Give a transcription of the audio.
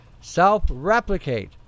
Self-replicate